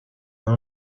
dan